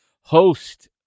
host